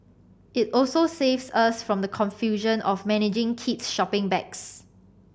it also saves us from the confusion of managing kids shopping bags